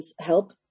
help